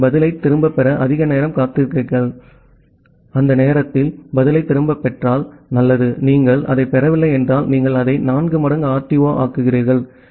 ஆகவே பதிலைத் திரும்பப் பெற அதிக நேரம் காத்திருக்கிறீர்கள் அந்த நேரத்தில் பதிலைத் திரும்பப் பெற்றால் நல்லது நீங்கள் அதைப் பெறவில்லை என்றால் நீங்கள் அதை 4 மடங்கு RTO ஆக்குகிறீர்கள்